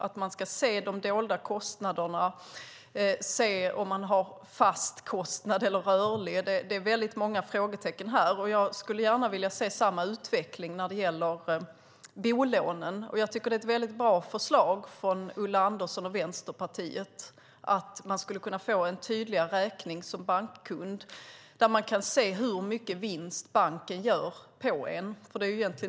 Det ska gå att se de dolda kostnaderna - fasta eller rörliga kostnader. Det finns många frågetecken. Jag vill gärna se samma utveckling för bolånen. Ulla Anderssons och Vänsterpartiets förslag är bra, det vill säga att få en tydligare räkning som bankkund där man kan se hur mycket vinst bankerna gör.